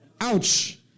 Ouch